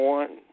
one